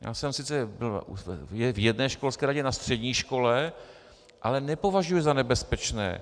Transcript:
Já jsem sice byl v jedné školské radě na střední škole, ale nepovažuji je za nebezpečné.